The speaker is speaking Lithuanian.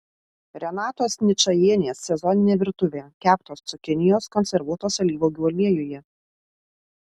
renatos ničajienės sezoninė virtuvė keptos cukinijos konservuotos alyvuogių aliejuje